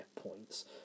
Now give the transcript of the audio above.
points